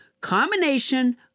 combination